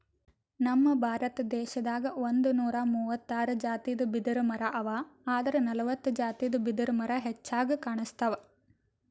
ನಮ್ ಭಾರತ ದೇಶದಾಗ್ ಒಂದ್ನೂರಾ ಮೂವತ್ತಾರ್ ಜಾತಿದ್ ಬಿದಿರಮರಾ ಅವಾ ಆದ್ರ್ ನಲ್ವತ್ತ್ ಜಾತಿದ್ ಬಿದಿರ್ಮರಾ ಹೆಚ್ಚಾಗ್ ಕಾಣ್ಸ್ತವ್